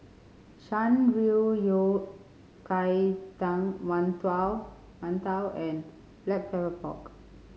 Shan Rui Yao Cai Tang mantou mantou and Black Pepper Pork